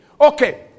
Okay